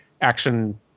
action